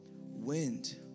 Wind